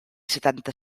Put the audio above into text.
setanta